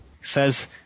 says